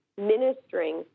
ministering